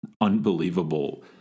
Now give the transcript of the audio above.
unbelievable